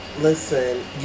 listen